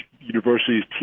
universities